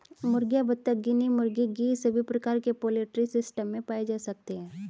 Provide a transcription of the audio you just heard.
मुर्गियां, बत्तख, गिनी मुर्गी, गीज़ सभी प्रकार के पोल्ट्री सिस्टम में पाए जा सकते है